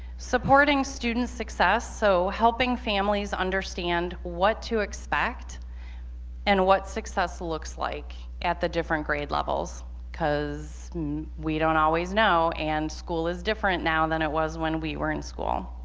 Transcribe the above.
supporting student success so helping families understand what to expect and what success looks like at the different grade levels because we don't always know and school is different now than it was when we were in school